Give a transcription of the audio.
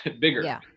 bigger